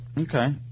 Okay